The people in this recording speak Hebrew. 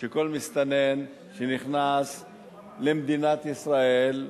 שכל מסתנן שנכנס למדינת ישראל,